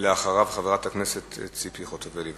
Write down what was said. ואחריו, חברת הכנסת ציפי חוטובלי.